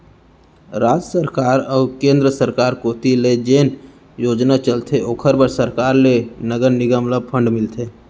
राज सरकार अऊ केंद्र सरकार कोती ले जेन योजना चलथे ओखर बर सरकार ले नगर निगम ल फंड मिलथे